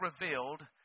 revealed